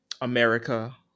America